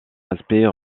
aspect